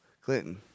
Clinton